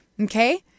Okay